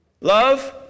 love